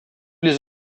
les